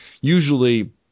usually